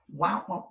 wow